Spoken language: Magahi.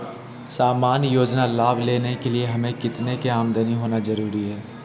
सामान्य योजना लाभ लेने के लिए हमें कितना के आमदनी होना जरूरी है?